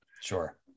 sure